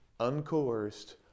uncoerced